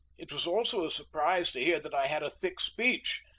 it was also a surprise to hear that i had a thick speech,